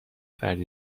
فرد